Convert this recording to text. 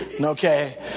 Okay